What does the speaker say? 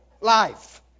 life